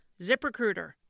ZipRecruiter